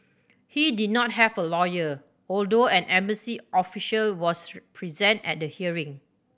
he did not have a lawyer although an embassy official was present at the hearing